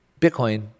Bitcoin